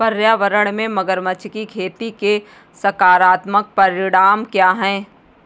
पर्यावरण में मगरमच्छ की खेती के सकारात्मक परिणाम क्या हैं?